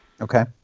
Okay